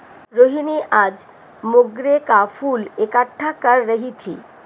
रोहिनी आज मोंगरे का फूल इकट्ठा कर रही थी